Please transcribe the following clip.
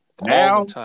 Now